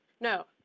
No